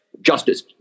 justice